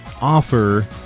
offer